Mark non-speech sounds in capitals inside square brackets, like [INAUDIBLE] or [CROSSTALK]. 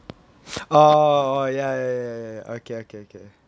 [NOISE] orh orh ya ya ya ya ya okay okay okay